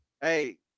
Hey